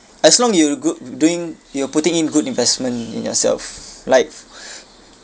as long you good doing you are putting in good investment in yourself like